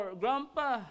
grandpa